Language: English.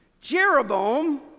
Jeroboam